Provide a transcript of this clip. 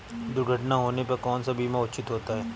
दुर्घटना होने पर कौन सा बीमा उचित होता है?